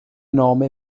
nome